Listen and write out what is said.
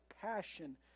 passion